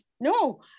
no